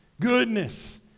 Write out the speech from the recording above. goodness